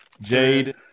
Jade